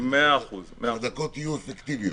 כדי שהדקות יהיו אפקטיביות.